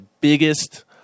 biggest